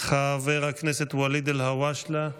חבר הכנסת ואליד אלהואשלה,